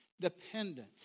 dependent